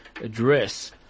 address